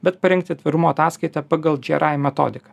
bet parengti tvarumo ataskaitą pagal gri metodiką